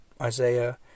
Isaiah